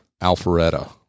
Alpharetta